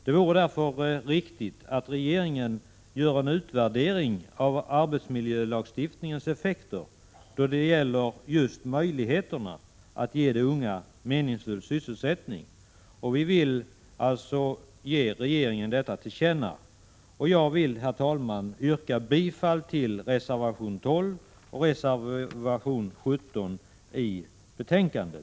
Det vore därför riktigt om regeringen gjorde en utvärdering av arbetsmiljölagstiftningens effekter då det gäller just möjligheterna att ge de unga meningsfull sysselsättning. Vi vill alltså ge regeringen detta till känna. Jag vill, herr talman, yrka bifall till reservationerna 12 och 17 i betänkandet.